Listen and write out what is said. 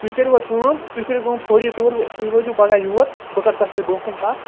تُہۍ کٔرِِو حظ کٲم تُہۍ کٔرِو کٲم فورِی طور تُہۍ وٲتِو پگاہ یوٗر بہٕ کرٕ تۄہہِ سۭتۍ برٛونٛہہ کَنہِ کَتھ